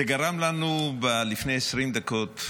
זה גרם לנו לפני 20 דקות,